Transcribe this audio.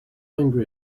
angry